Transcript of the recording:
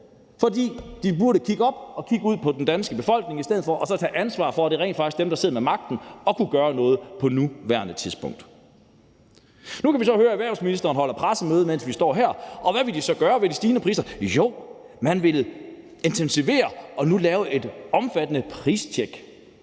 for de burde kigge op og kigge ud på den danske befolkning. De burde i stedet tage ansvar, for det er rent faktisk dem, der sidder med magten og kunne gøre noget på nuværende tidspunkt. Nu kan vi så høre, at erhvervsministeren holder pressemøde, mens vi står her. Og hvad vil man så gøre ved de stigende priser? Jo, man vil intensivere overvågningen og nu lave et omfattende pristjek.